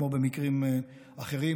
כמו במקרים אחרים,